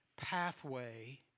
pathway